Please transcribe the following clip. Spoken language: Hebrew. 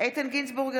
איתן גינזבורג,